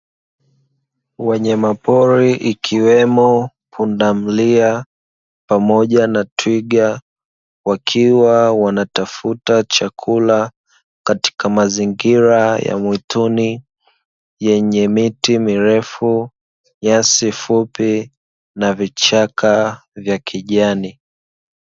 Wanyama pori ikiwemo pundamilia pamoja na twiga wakiwa wanatafuta chakula katika mazingira ya uotoni yenye miti mirefu, nyasi fupi na vichaka vya kijani.